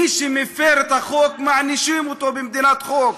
מי שמפר את החוק, מענישים אותו במדינת חוק,